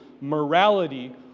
morality